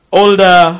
older